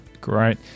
Great